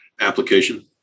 application